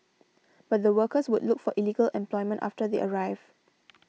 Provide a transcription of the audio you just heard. but the workers would look for illegal employment after they arrive